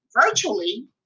virtually